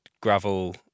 gravel